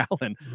Allen